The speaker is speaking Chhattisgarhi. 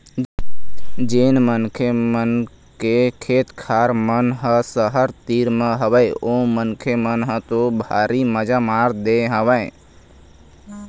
जेन मनखे मन के खेत खार मन ह सहर तीर म हवय ओ मनखे मन ह तो भारी मजा मार दे हवय